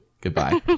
Goodbye